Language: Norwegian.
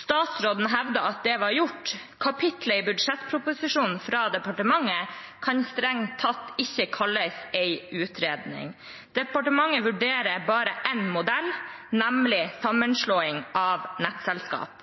Statsråden hevdet at det var gjort. Kapitlet i budsjettproposisjonen fra departementet kan strengt tatt ikke kalles en utredning. Departementet vurderer bare én modell, nemlig sammenslåing av nettselskap.